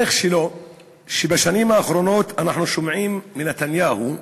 איך שבשנים האחרונות אנחנו שומעים מנתניהו ומשריו,